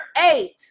eight